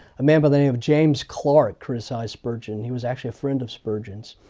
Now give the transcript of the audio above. a man by the name of james clark criticized spurgeon. he was actually a friend of spurgeon's.